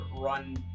run